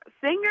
singer